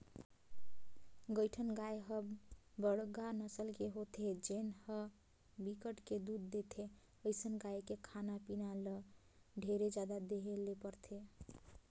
कइठन गाय ह बड़का नसल के होथे जेन ह बिकट के दूद देथे, अइसन गाय के खाना पीना ल ढेरे जादा देहे ले परथे